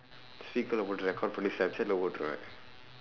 speakerlae record பண்ணி:panni snapchatlae போட்டுருவேன்:pootduruveen